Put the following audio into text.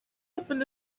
opened